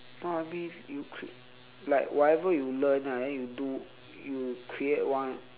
ah I mean you crea~ like whatever you learn ah then you do you create one